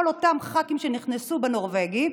כל אותם ח"כים שנכנסו בנורבגי.